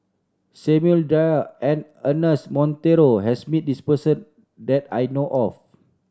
Samuel Dyer and Ernest Monteiro has met this person that I know of